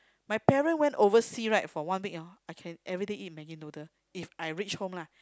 my parent went oversea right for one week hor I can everyday eat maggie noodle If I reach home lah